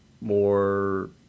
more